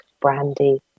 brandy